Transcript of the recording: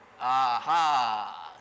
Aha